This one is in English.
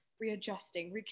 readjusting